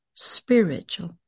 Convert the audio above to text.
Spiritual